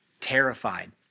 terrified